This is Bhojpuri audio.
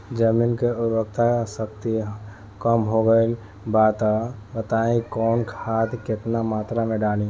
जमीन के उर्वारा शक्ति कम हो गेल बा तऽ बताईं कि कवन खाद केतना मत्रा में डालि?